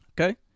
okay